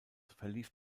verlief